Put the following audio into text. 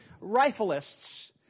rifleists